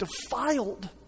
defiled